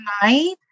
tonight